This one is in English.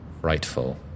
Rightful